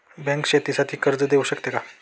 Bank शेतीसाठी कर्ज देऊ शकते का?